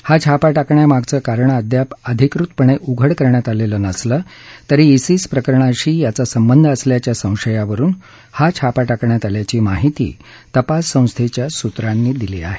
हा छापा टाकरण्यामागचं कारण अद्याप अधिकृतपणे उघड करण्यात आलं नसलं तरी इसिस प्रकरणाशी याचा संबंध असल्याच्या संशयावरुन हा छापा टाकण्यात आल्याची माहिमी तपास संस्थेच्या सुत्रांनी दिली आहे